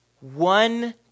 One